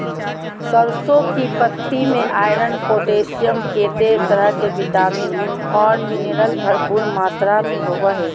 सरसों की पत्ति में आयरन, पोटेशियम, केते तरह के विटामिन औरो मिनरल्स भरपूर मात्रा में होबो हइ